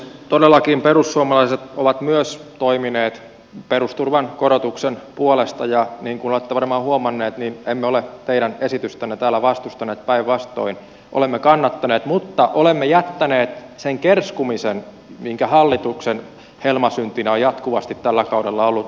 todellakin perussuomalaiset ovat myös toimineet perusturvan korotuksen puolesta ja niin kuin olette varmaan huomanneet emme ole teidän esitystänne täällä vastustaneet päinvastoin olemme sitä kannattaneet mutta olemme jättäneet sen kerskumisen joka hallituksen helmasyntinä on jatkuvasti tällä kaudella ollut